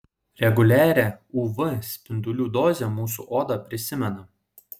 reguliarią uv spindulių dozę mūsų oda prisimena